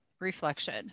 reflection